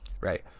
right